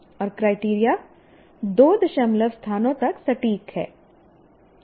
और क्राइटेरिया दो दशमलव स्थानों तक सटीक है